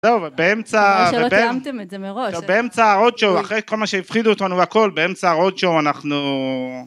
זהו ובאמצע -חבל שלא תיאמתם את זה מראש -באמצע הרודשואו, אחרי כל מה שהפחידו אותנו והכל, באמצע הרודשואו אנחנו...